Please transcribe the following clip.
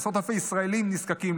לעשרות אלפי ישראלים נזקקים,